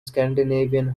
scandinavian